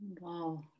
Wow